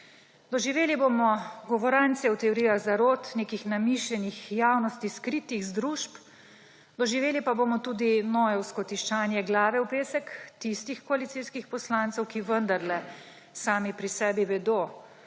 Doživeli bomo govorancije o teorijah zarot nekih namišljenih, javnosti skritih družb; doživeli pa bomo tudi nojevsko tiščanje glave v pesek tistih koalicijskih poslancev, ki vendarle sami pri sebi vedo,